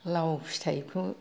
लाव फिथाइखौ